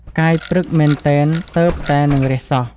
ផ្កាយព្រឹកមែនទែនទើបតែនិងរះសោះ»។